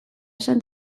esan